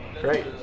Great